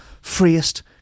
freest